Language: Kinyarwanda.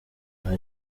nta